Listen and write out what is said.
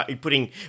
putting